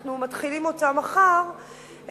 שאנחנו מתחילים אותה מחר,